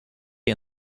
and